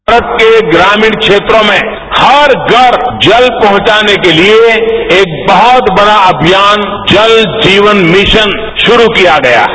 भारत के ग्रामीण क्षेत्रों में हर घर जल पहुंचाने के लिए एक बहुत बड़ा अभियान जल जीवन मिशन शुरू किया गया है